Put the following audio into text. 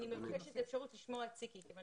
אני מבקשת את האפשרות לשמוע את ציקי כיוון